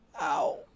Ow